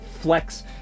flex